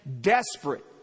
desperate